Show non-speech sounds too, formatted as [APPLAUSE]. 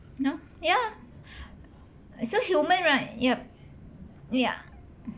no ya [BREATH] so human right yup ya